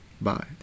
bye